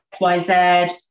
XYZ